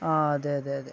ആ അതെ അതെ അതെ